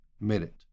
minute